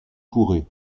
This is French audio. pourrez